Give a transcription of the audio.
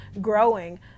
growing